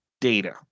data